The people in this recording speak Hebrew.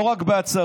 לא רק בהצהרות,